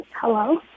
Hello